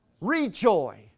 Rejoice